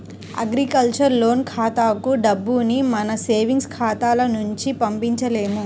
agriculture loan ఖాతాలకు డబ్బుని మన సేవింగ్స్ ఖాతాల నుంచి పంపించలేము